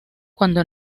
cuando